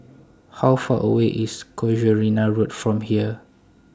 How Far away IS Casuarina Road from here